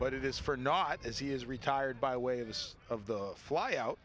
but it is for not as he is retired by way of use of the fly out